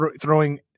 throwing